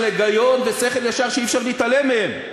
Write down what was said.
היגיון ושכל ישר שאי-אפשר להתעלם מהן.